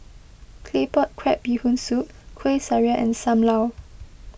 Claypot Crab Bee Hoon Soup Kueh Syara and Sam Lau